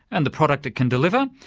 and the product it can deliver,